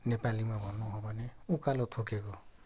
नेपालीमा भन्नु हो भने उकालो थुकेको